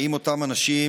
האם אותם אנשים,